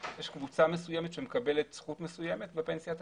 יש קבוצה מסוימת שמקבלת זכות מסוימת בפנסיה התקציבית,